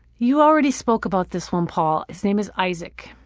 you already spoke about this one, paul. his name is isaac.